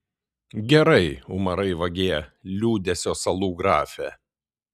gerai umarai vagie liūdesio salų grafe